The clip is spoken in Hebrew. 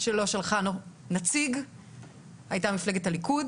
שלא שלחה נציג הייתה מפלגת הליכוד.